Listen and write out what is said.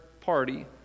party